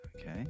Okay